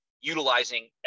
Utilizing